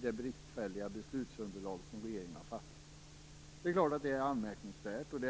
det bristfälliga underlag på vilket regeringen har fattat beslut. Det är klart att det är anmärkningsvärt.